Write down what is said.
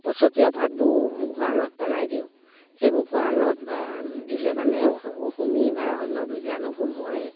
পচতীয়া পাতবোৰ গড়ালত পেলাই দিওঁ সেইবোৰ গড়ালত দিলে মানে হোমি বা অন্য বীজাণুবোৰ মৰে